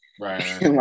Right